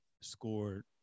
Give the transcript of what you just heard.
scored